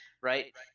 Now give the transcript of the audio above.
right